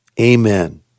Amen